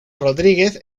rodríguez